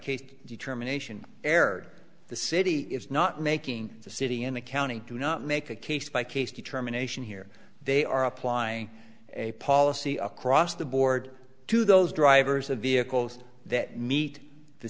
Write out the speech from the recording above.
case determination errored the city is not making the city and the county do not make a case by case determination here they are applying a policy across the board to those drivers of vehicles that meet the